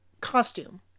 costume